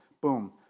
boom